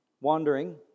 wandering